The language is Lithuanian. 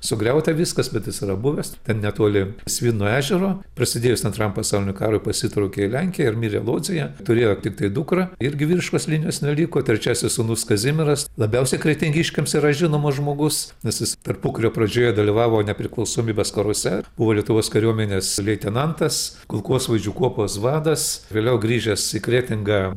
sugriauta viskas bet jis yra buvęs ten netoli svino ežero prasidėjus antram pasauliniam karui pasitraukė į lenkiją ir mirė lodzėje turėjo tiktai dukrą irgi vyriškos linijos neliko trečiasis sūnus kazimieras labiausiai kretingiškiams yra žinomas žmogus nes jis tarpukario pradžioje dalyvavo nepriklausomybės karuose buvo lietuvos kariuomenės leitenantas kulkosvaidžių kuopos vadas vėliau grįžęs į kretingą